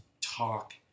talk